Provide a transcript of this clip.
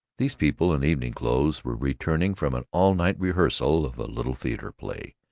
these people in evening clothes were returning from an all-night rehearsal of a little theater play,